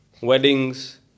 weddings